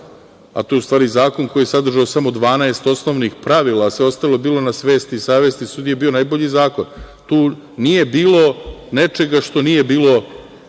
a to je u stvari zakon koji sadrži samo 12 osnovnih pravila, sve ostalo je bilo na svesti i savesti, sudija je bio najbolji zakon. Tu nije bilo nečega što nije bilo